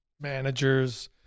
managers